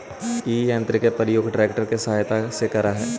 इ यन्त्र के प्रयोग ट्रेक्टर के सहायता से करऽ हई